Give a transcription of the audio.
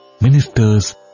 ministers